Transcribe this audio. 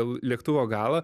lėktuvo galą